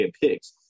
Pigs